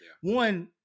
one